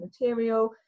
material